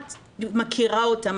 את מכירה אותם,